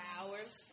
hours